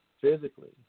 physically